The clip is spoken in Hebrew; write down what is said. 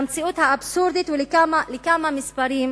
למציאות האבסורדית ולכמה מספרים